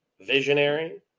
visionary